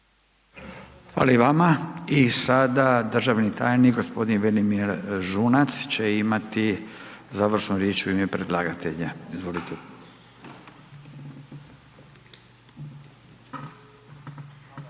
Hvala i vama. I sada državni tajnik Velimir Žunac će imati završnu riječ u ime predlagatelja. Izvolite.